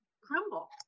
crumble